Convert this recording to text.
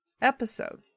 episode